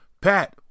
Pat